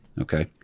Okay